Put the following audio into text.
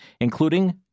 including